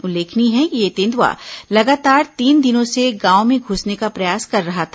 उल्लेखनीय है कि यह तेंदुआ लगातार तीन दिनों से गांव में घुसने का प्रयास कर रहा था